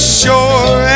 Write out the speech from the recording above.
sure